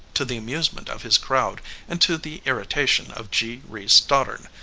to the amusement of his crowd and to the irritation of g. reece stoddard,